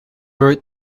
wrote